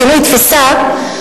"שינוי תפיסה",